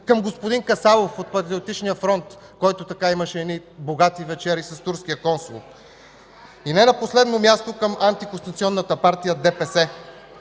към господин Касабов от Патриотичния фронт, който имаше едни богати вечери с турския консул, и не на последно място към антиконституционната партия ДПС,